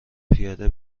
پیاده